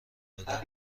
دادن